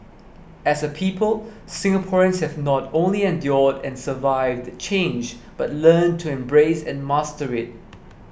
as a people Singaporeans have not only endured and survived change but learned to embrace and master it